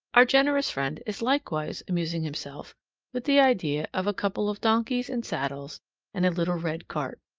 our generous friend is likewise amusing himself with the idea of a couple of donkeys and saddles and a little red cart.